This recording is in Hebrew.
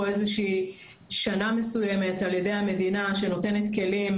איזה שהיא שנה מסוימת על ידי המדינה שנותנת כלים